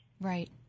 Right